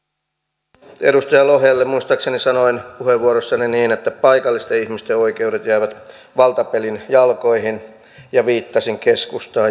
edustaja lohelle muistaakseni sanoin puheenvuorossani niin että paikallisten ihmisten oikeudet jäävät valtapelin jalkoihin ja viittasin keskustaan